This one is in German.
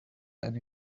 eine